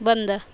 बंद